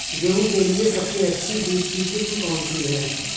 गेहूँ के लिए सबसे अच्छी बीज की किस्म कौनसी है?